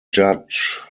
judge